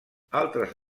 altres